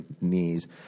knees